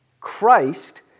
Christ